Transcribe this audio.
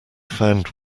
found